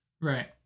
Right